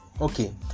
okay